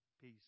Peace